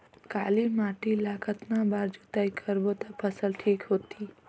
काली माटी ला कतना बार जुताई करबो ता फसल ठीक होती?